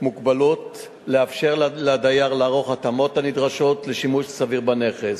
מוגבלות לאפשר לדייר לערוך התאמות הנדרשות לשימוש סביר בנכס,